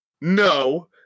no